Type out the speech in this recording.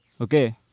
okay